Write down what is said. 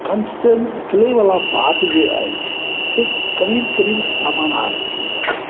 कण्ठसँ निकलै वला बात जे अछि से करीब करीब समानार्थी अछि